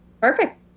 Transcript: Perfect